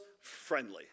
friendly